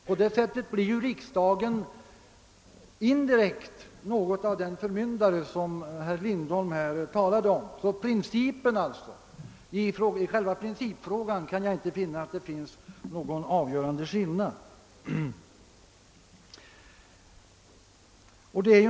På det sättet blir riksdagen indirekt något av den förmyndare som herr Lindholm här talade om. Jag kan därför inte finna att det i principfrågan föreligger någon avgörande skillnad.